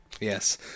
Yes